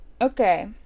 okay